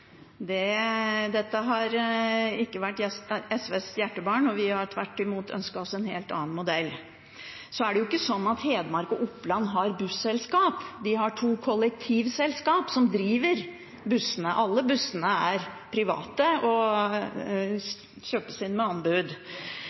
det. Dette har ikke vært SVs hjertebarn, vi har tvert imot ønsket oss en helt annen modell. Så er det ikke sånn at Hedmark og Oppland har busselskap, de har to kollektivselskap som driver bussene. Alle bussene er private og tjenester kjøpes inn ved anbud.